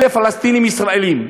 אלה פלסטינים ישראלים.